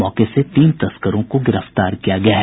मौके से तीन तस्करों को गिरफ्तार किया गया है